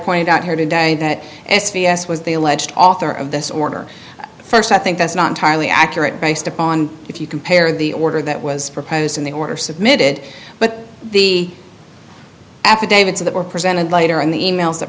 pointed out here today that s v s was the alleged author of this order first i think that's not entirely accurate based upon if you compare the order that was proposed in the order submitted but the affidavits that were presented later in the e mails that